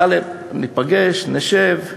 טלב, ניפגש, נשב,